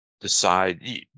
decide